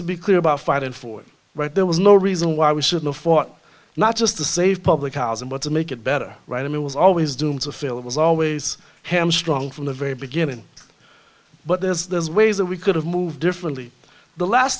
to be clear about fighting for it right there was no reason why we should no fought not just to save public housing but to make it better right and it was always doomed to fail it was always hamstrung from the very beginning but there's there's ways that we could have moved differently the last